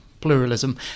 pluralism